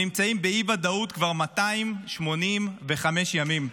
שנמצאים באי-ודאות כבר 285 ימים.